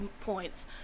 points